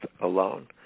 alone